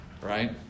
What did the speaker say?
right